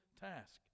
task